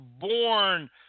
born